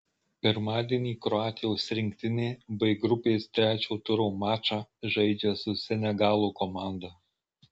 pirmadienį kroatijos rinktinė b grupės trečio turo mačą žaidžia su senegalo komanda